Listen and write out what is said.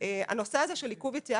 הנושא הזה של עיכוב יציאה,